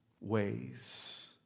ways